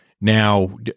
now